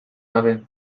gabe